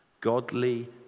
Godly